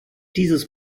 dieses